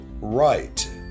right